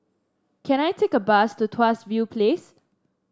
can I take a bus to Tuas View Place